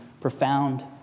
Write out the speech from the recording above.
profound